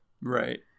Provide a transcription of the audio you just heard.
Right